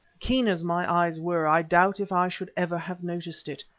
keen as my eyes were, i doubt if i should ever have noticed it,